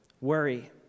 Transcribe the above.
Worry